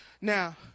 Now